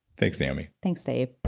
thanks naomi thanks dave